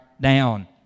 down